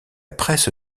presse